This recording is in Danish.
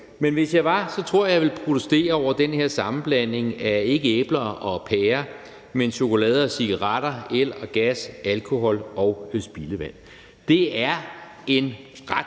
men hvis jeg var – så tror jeg, jeg ville protestere over den her sammenblanding, ikke af æbler og pærer, men af chokolade og cigaretter, el og gas, alkohol og spildevand. Det er en ret